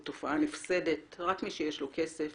זו תופעה נפסדת לפיה רק מי שיש לו כסף